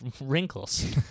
wrinkles